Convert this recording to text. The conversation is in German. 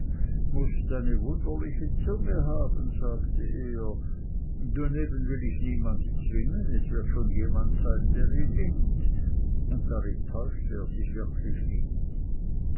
mußt eine wunderliche zunge haben sagte er daneben will ich niemand zwingen es wird schon jemand sein der ihn nimmt und darin täuschte er sich wirklich nicht